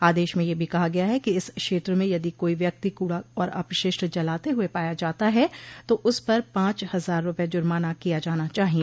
आदेश में यह भी कहा गया है कि इस क्षेत्र में यदि कोई व्यक्ति कूड़ा और अपशिष्ट जलाते हुए पाया जाता है तो उस पर पांच हजार रुपये जुर्माना किया जाना चाहिए